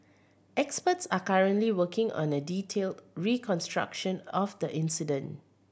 experts are currently working on a detailed reconstruction of the incident